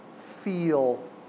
feel